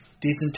Decent